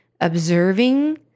observing